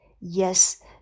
Yes